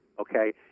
okay